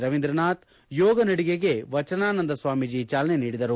ರವೀಂದ್ರನಾಥ್ ಯೋಗ ನಡಿಗೆಗೆ ವಚನಾನಂದ ಸ್ವಾಮೀಜೆ ಚಾಲನೆ ನೀಡಿದರು